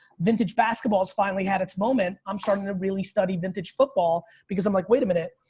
vintage basketball is finally had its moment. i'm starting to really study vintage football because i'm like, wait a minute.